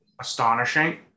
astonishing